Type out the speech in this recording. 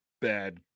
bad